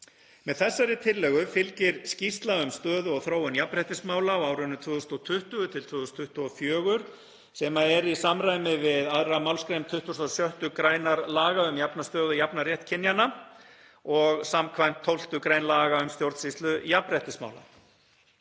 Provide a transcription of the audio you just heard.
Með þessari tillögu fylgir skýrsla um stöðu og þróun jafnréttismála á árunum 2020–2024 sem er í samræmi við 2. mgr. 26. gr. laga um jafna stöðu og jafnan rétt kynjanna og skv. 12. gr. laga um stjórnsýslu jafnréttismála.